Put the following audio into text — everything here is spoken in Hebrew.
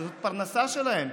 שזאת הפרנסה שלהם,